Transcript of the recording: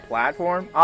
Platform